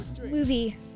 movie